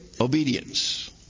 obedience